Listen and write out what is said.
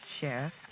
Sheriff